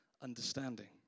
understanding